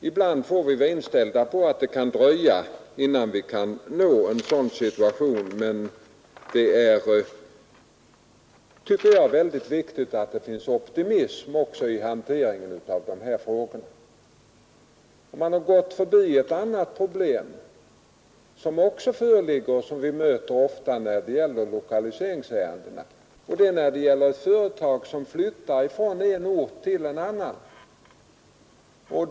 Ibland får vi vara inställda på att det kan Nr 62 dröja innan vi kan nå en sådan situation, men jag tycker det är väldigt Torsdagen den viktigt att det finns optimism också i lokaliseringspolitiken. 20 april 1972 Man har gått förbi ett annat problem, som vi också ofta möter. Det. =——— gäller lokaliseringsärenden där företag flyttar från en ort till en annan. Ang.